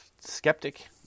skeptic